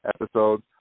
episodes